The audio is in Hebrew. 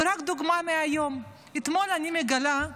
דוגמה רק מהיום, אתמול, אני מגלה,